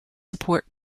support